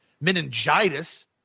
Meningitis